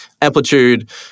amplitude